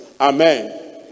Amen